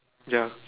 ya